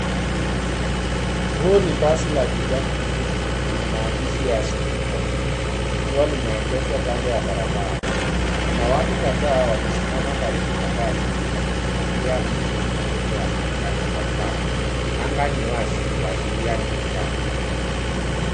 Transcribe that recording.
Huu ni basi la kijani kibichi lenye maandishi ya citi hoppa likiwa limeegeshwa kando ya barabara. Kuna watu kadhaa wamesimama karibu na basi hilo na pia miti na majengo yanaonekana kwa mbali. Anga ni wazi kuashiria ni mchana.